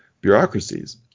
bureaucracies